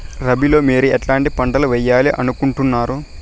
రబిలో మీరు ఎట్లాంటి పంటలు వేయాలి అనుకుంటున్నారు?